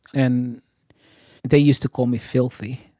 and they used to call me filthy